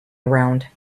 around